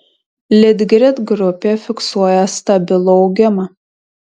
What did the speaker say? litgrid grupė fiksuoja stabilų augimą